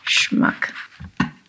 Schmuck